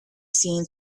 seen